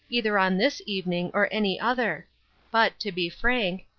either on this evening or any other but, to be frank,